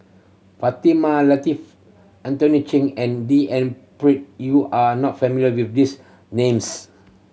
Fatimah Lateef Anthony Chen and D N Pritt you are not familiar with these names